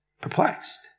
Perplexed